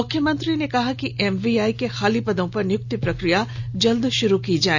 मुख्यमंत्री ने कहा कि एमवीआई के खाली पदों पर नियुक्ति प्रक्रिया जल्द शुरू की जाए